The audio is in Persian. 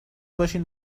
باشین